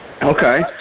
Okay